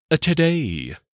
Today